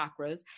chakras